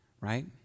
right